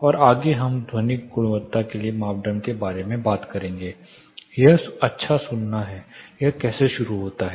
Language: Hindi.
और आगे हम ध्वनिक गुणवत्ता के लिए मापदंड के बारे में बात करेंगे यह अच्छा सुनना है यह कैसे शुरू होता है